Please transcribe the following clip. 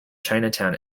chinatown